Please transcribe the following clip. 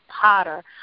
potter